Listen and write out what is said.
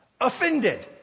offended